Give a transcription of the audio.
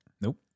Nope